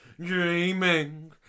dreaming